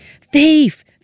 Thief